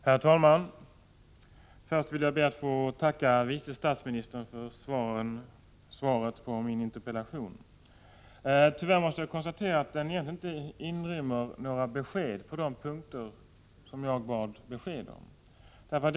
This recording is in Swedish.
Herr talman! Först ber jag att få tacka vice statsministern för svaret på min interpellation. Tyvärr måste jag konstatera att det egentligen inte inrymmer några besked på de punkter där jag bad om sådana.